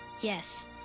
yes